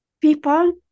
people